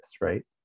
right